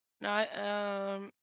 No